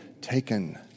taken